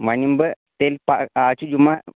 وۄنۍ یِمہٕ بہٕ تیٚلہِ پَہ آز چھِ جُمعہ